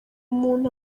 muntu